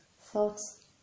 thoughts